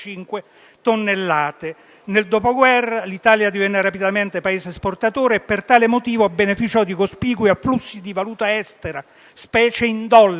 Nel Dopoguerra, l'Italia divenne rapidamente un Paese esportatore e per tale motivo beneficiò di cospicui afflussi di valuta estera, specie in dollari.